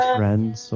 friends